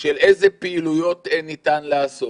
של איזה פעילויות ניתן לעשות.